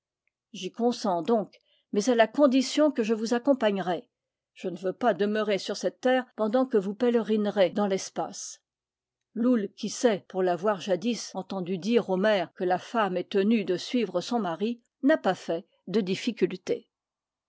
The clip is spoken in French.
j'y consens donc mais à la condition que je vous accompagnerai je ne veux pas demeurer sur cette terre pendant que vous pèlerinerez dans l'espace loull qui sait pour l'avoir jadis entendu dire au maire que la femme est tenue de suivre son mari n'a pas fait de difficulté